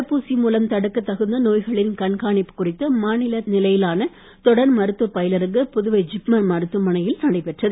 தடுப்பூசி மூலம் தடுக்க தகுந்த நோய்களின் கண்காணிப்பு குறித்து மாநில நிலையிலான தொடர் மருத்துவப் பயிலரங்கு புதுவை ஜிப்மர் மருத்துவமனையில் நடைபெற்றது